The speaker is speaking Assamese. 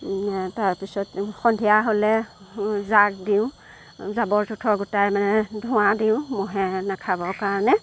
তাৰপিছত সন্ধিয়া হ'লে জাক দিওঁ জাবৰ জোঁথৰ গোটাই মানে ধোৱা দিওঁ মহে নাখাবৰ কাৰণে